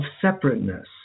separateness